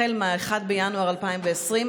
החל מ-1 בינואר 2020,